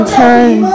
time